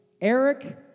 Eric